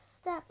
step